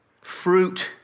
Fruit